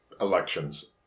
elections